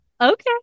okay